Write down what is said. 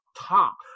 top